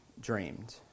dreamed